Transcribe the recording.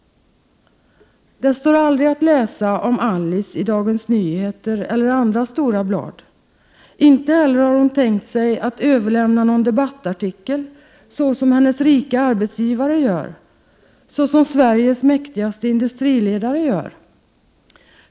Det står aldrig att läsa om Alice i Dagens Nyheter eller andra stora blad. Inte heller har hon tänkt sig att överlämna någon debattartikel, så som hennes rika arbetsgivare gör, så som Sveriges mäktigaste industriledare gör.